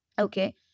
Okay